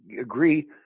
agree